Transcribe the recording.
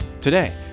Today